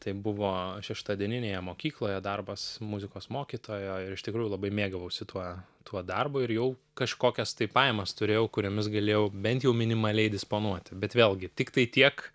tai buvo šeštadieninėje mokykloje darbas muzikos mokytojo ir iš tikrųjų labai mėgavausi tuo tuo darbu ir jau kažkokias tai pajamas turėjau kuriomis galėjau bent jau minimaliai disponuoti bet vėlgi tiktai tiek